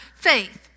faith